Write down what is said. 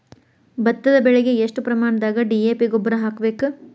ಭತ್ತದ ಬೆಳಿಗೆ ಎಷ್ಟ ಪ್ರಮಾಣದಾಗ ಡಿ.ಎ.ಪಿ ಗೊಬ್ಬರ ಹಾಕ್ಬೇಕ?